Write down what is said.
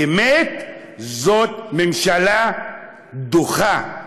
באמת זאת ממשלה דוחה,